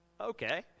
Okay